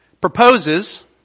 proposes